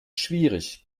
schwierig